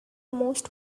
most